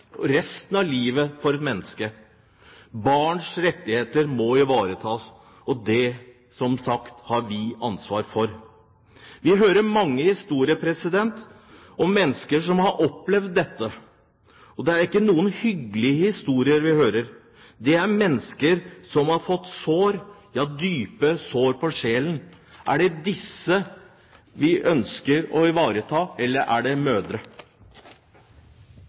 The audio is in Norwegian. resten av livet for et menneske. Barns rettigheter må ivaretas, og det har vi, som sagt, et ansvar for. Vi hører mange historier om mennesker som har opplevd dette, og det er ikke noen hyggelige historier vi hører. Det er mennesker som har fått sår på sjelen – ja, dype sår. Er det disse barna vi ønsker å ivareta? Eller er det